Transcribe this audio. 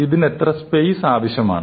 ഇതിന് എത്ര സ്പേസ് ആവശ്യമാണ്